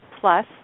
plus